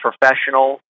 professional